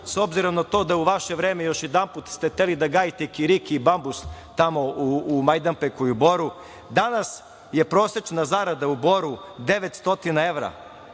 s obzirom na to, da u vaše vreme, još jednom, ste hteli da gajite kikiriki i bambus, tamo u Majdanpeku i u Boru, danas je prosečna zarada u Boru 900 evra,